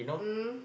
mm